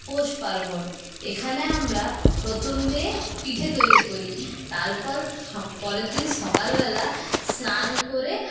পৌষপার্বণ এখানে আমরা প্রথমে পিঠে তৈরি করি তারপর পরের দিন সকালবেলা স্নান করে